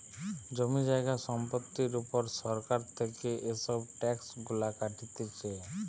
জমি জায়গা সম্পত্তির উপর সরকার থেকে এসব ট্যাক্স গুলা কাটতিছে